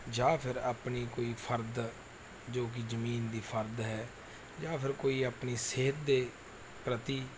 ਜਾਂ ਫਿਰ ਆਪਣੀ ਕੋਈ ਫਰਦ ਜੋ ਕਿ ਜ਼ਮੀਨ ਦੀ ਫਰਦ ਹੈ ਜਾਂ ਫਿਰ ਕੋਈ ਆਪਣੀ ਸਿਹਤ ਦੇ ਪ੍ਰਤੀ